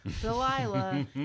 Delilah